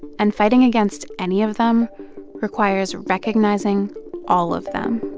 and fighting against any of them requires recognizing all of them